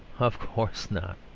of course not.